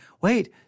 wait